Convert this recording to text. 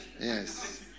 Yes